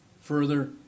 further